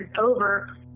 over